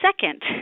second